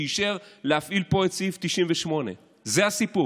שאישר להפעיל פה את סעיף 98. זה הסיפור.